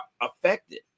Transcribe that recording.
affected